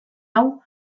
hau